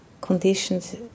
conditions